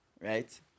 right